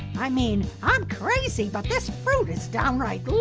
i mean, i'm crazy but this fruit is downright loopy.